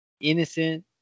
Innocent